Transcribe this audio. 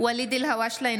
ואליד אלהואשלה,